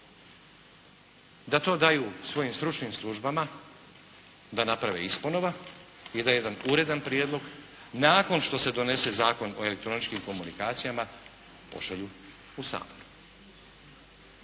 da to daju svojim stručnim službama da naprave isponova i da jedan uredan prijedlog nakon što se donese Zakon o elektroničkim komunikacijama pošalju u Sabor